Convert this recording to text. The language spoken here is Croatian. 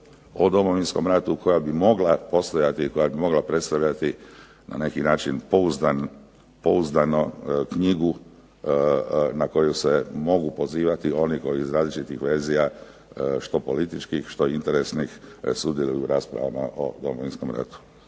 o Domovinskom ratu koja bi mogla postojati, koja bi mogla predstavljati na neki način pouzdano knjigu na koju se mogu pozivati oni koji iz različitih verzija što političkih, što interesnih sudjeluju u raspravama o Domovinskom ratu.